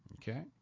Okay